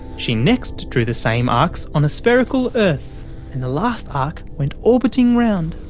she next drew the same arcs on a spherical earth. and the last arc went orbiting around.